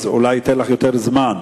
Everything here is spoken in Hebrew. אז אולי אתן לך יותר זמן,